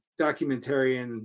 documentarian